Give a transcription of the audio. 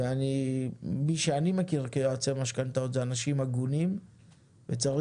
ומי שאני מכיר כיועצי משכנתאות זה אנשים הגונים וצריך